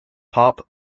pop